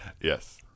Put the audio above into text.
Yes